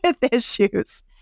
issues